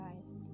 Christ